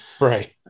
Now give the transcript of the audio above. right